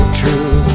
true